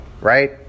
Right